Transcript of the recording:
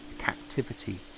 captivity